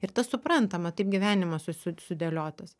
ir tas suprantama taip gyvenimas susi sudėliotas